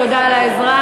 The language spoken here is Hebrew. תודה על העזרה.